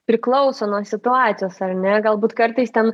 priklauso nuo situacijos ar ne galbūt kartais ten